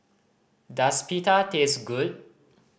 does Pita taste good